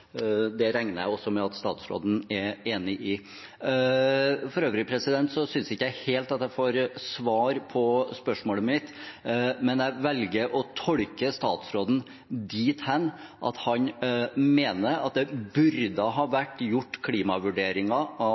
Det regner jeg også med at statsråden er enig i. For øvrig synes jeg ikke helt at jeg får svar på spørsmålet mitt, men jeg velger å tolke statsråden dithen at han mener det burde ha vært gjort klimavurderinger av